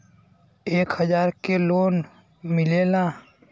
एक हजार के लोन मिलेला?